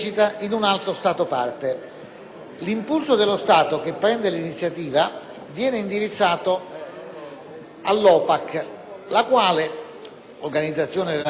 per la proibizione delle armi chimiche), la quale, onde valutare la fondatezza della richiesta, convoca una seduta urgente del suo consiglio esecutivo.